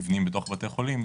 מבנים בתוך בתי חולים,